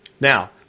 Now